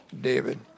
David